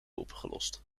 opgelost